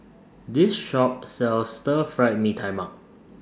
This Shop sells Stir Fried Mee Tai Mak